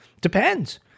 Depends